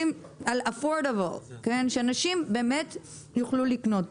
על affordable שאנשים באמת יוכלו לקנות.